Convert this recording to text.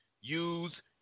use